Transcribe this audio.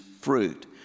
fruit